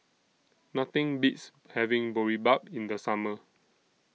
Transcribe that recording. Nothing Beats having Boribap in The Summer